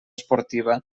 esportiva